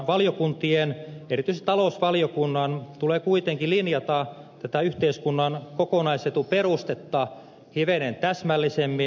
valiokuntien erityisesti talousvaliokunnan tulee kuitenkin linjata tätä yhteiskunnan kokonaisetuperustetta hivenen täsmällisemmin